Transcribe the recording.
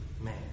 man